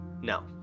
No